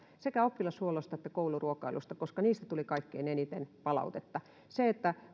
sekä oppilashuollosta että kouluruokailusta koska niistä tuli kaikkein eniten palautetta se